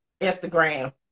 Instagram